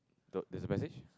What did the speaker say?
though there's a message